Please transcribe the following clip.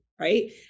Right